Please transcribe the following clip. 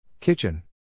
Kitchen